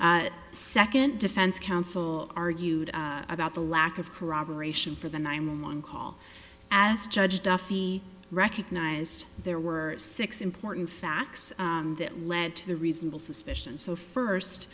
the second defense counsel argued about the lack of corroboration for the nine one one call as judge duffy recognized there were six important facts that led to the reasonable suspicion so first